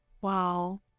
Wow